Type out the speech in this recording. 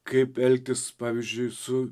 kaip elgtis pavyzdžiui su